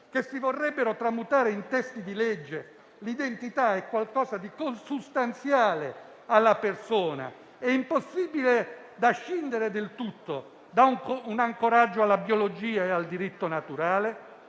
che si vorrebbero tramutare in testi di legge, l'identità è qualcosa di consustanziale alla persona e impossibile da scindere del tutto da un ancoraggio alla biologia e al diritto naturale?